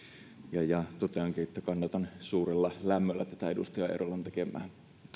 ja toteankin että kannatan suurella lämmöllä tätä edustaja eerolan tekemää